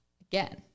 again